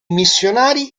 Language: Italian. missionari